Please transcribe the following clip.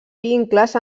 vincles